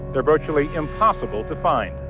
they're virtually impossible to find.